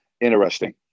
Interesting